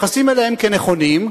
מתייחסים אליהם כנכונים,